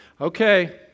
Okay